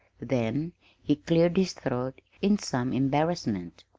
then he cleared his throat in some embarrassment.